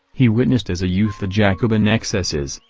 he witnessed as a youth the jacobin excesses,